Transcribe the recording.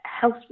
health